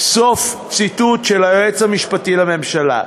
סוף ציטוט של היועץ המשפטי לממשלה.